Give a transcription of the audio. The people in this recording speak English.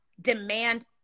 demand